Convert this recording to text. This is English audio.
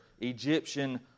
Egyptian